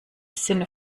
sinne